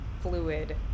fluid